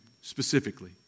specifically